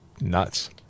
nuts